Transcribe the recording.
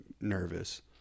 nervous